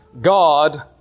God